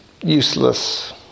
useless